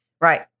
Right